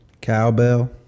cowbell